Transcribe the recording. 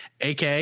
AK